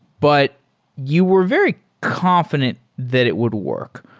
but you were very confident that it would work.